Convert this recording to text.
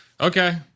Okay